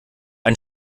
ein